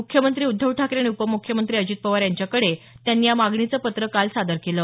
मुख्यमंत्री उद्धव ठाकरे आणि उपम्ख्यमंत्री अजित पवार यांच्याकडे त्यांनी या मागणीचं पत्र काल सादर केलं